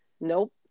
Nope